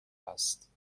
است